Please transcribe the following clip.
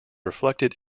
reflected